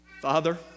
Father